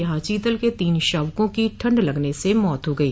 यहां चीतल के तीन शावकों की ठंड लगने से मौत हो गई